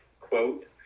quote